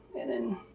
and then,